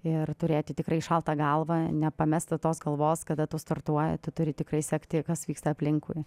ir turėti tikrai šaltą galvą nepamesti tos galvos kada tu startuoji tu turi tikrai sekti kas vyksta aplinkui